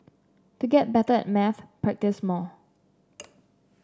to get better at maths practise more